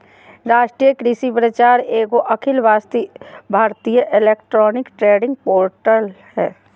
राष्ट्रीय कृषि बाजार एगो अखिल भारतीय इलेक्ट्रॉनिक ट्रेडिंग पोर्टल हइ